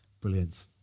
Brilliant